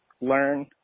learn